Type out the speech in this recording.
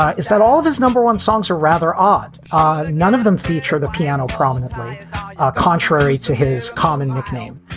ah is that all of his number one songs are rather odd odd and none of them feature the piano prominently contrary to his common nickname.